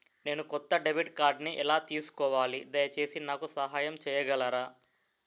నేను కొత్త డెబిట్ కార్డ్ని ఎలా తీసుకోవాలి, దయచేసి నాకు సహాయం చేయగలరా?